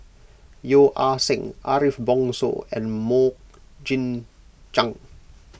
Yeo Ah Seng Ariff Bongso and Mok Jing Jang